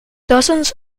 dozens